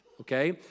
Okay